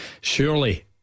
surely